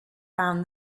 found